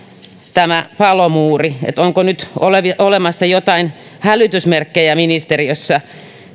tämä palomuuri tuossa tarkoittaa että onko nyt olemassa joitain hälytysmerkkejä ministeriössä